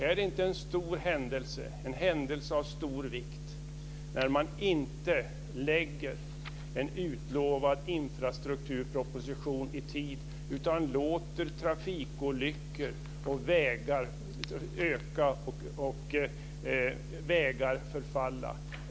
Är det inte en händelse av stor vikt när man inte lägger fram en utlovad infrastrukturproposition i tid, utan låter trafikolyckor öka och vägar förfalla?